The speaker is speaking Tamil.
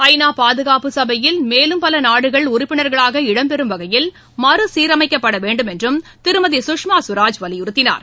ஐநா பாதுகாப்பு சபையில் மேலும் பல நாடுகள் உறுப்பினர்களாக இடம் பெறும் வகையில் மறுசீரமைக்கப்பட வேண்டும் என்றும் திருமதி சுஷ்மா ஸ்வராஜ் வலியுறுத்தினார்